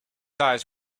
eyes